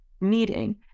meeting